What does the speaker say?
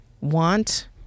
want